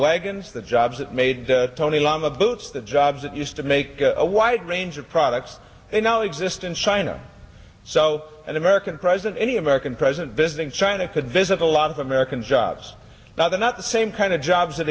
wagon the jobs that made tony lama boots the jobs that used to make a wide range of products you know exist in china so an american president any american president visiting china could visit a lot of american jobs now they're not the same kind of jobs that